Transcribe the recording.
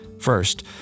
First